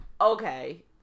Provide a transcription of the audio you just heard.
Okay